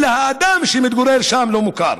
אלא האדם שמתגורר שם לא מוכר,